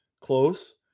Close